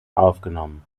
aufgenommen